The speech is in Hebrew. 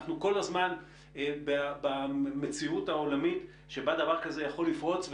אנחנו כל הזמן במציאות העולמית שבה דבר כזה יכול לפרוץ,